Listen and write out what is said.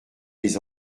des